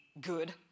good